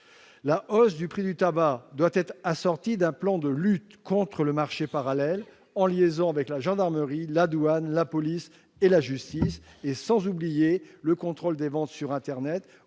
La hausse du prix du tabac doit être assortie d'un plan de lutte contre le marché parallèle, en liaison avec la gendarmerie, la douane, la police et la justice, sans oublier le contrôle des ventes sur internet.